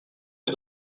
des